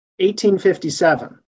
1857